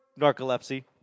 Narcolepsy